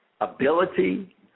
ability